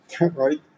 right